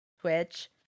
Twitch